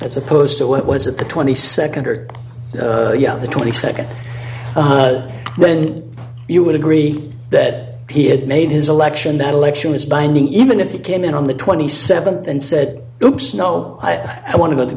as opposed to what was at the twenty second or yeah the twenty second then you would agree that he had made his election that election was binding even if he came in on the twenty seventh and said oops no i want to go t